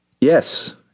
Yes